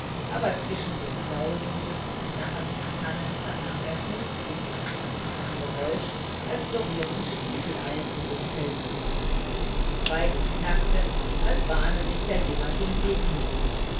aber zwischen den sausenden und knarrenden tannen vernahm er fußtritte und ein geräusch als berührten stiefeleisen den felsboden die zweige knackten als bahne sich jemand den weg da hindurch